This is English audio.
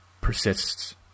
persists